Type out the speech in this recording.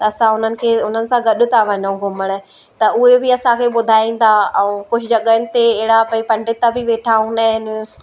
त असां उन्हनि खे उन्हनि सां गॾु था वञूं घुमण त उहे बि असांखे ॿुधाईंदा ऐं कुझु जॻहियुनि ते अहिड़ा भई पंडित बि वेठा हूंदा आहिनि